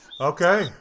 Okay